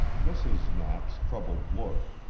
mrs. knapp's troubled look,